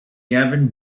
gavin